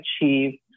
achieve